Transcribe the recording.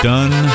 Done